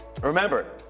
Remember